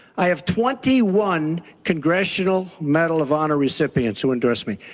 i have twenty one congressional medal of honor recipients who endorse me.